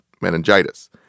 meningitis